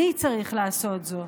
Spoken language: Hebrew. אני צריך לעשות זאת,